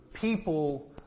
people